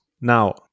Now